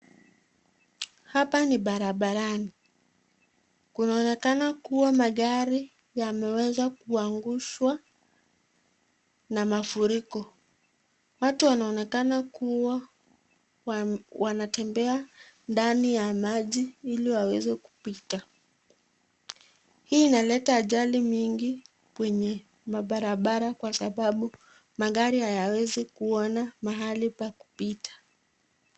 Hapa ni barabarani. Kunaonekana kuwa magari yameweza kuangushwa na mafuriko. Watu wanaonekana kuwa wanatembea ndani ya maji, ili waweze kupita. Hii inaleta ajali mingi kwenye mabarabara kwa sababu magari hayawezi kuona mahali pa kupita.